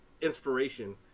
inspiration